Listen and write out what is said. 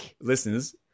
Listeners